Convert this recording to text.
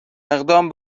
اقدام